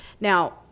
Now